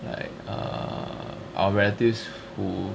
like err our relatives who